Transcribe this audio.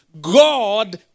God